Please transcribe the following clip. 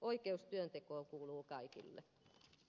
oikeus työntekoon kuuluu kaikille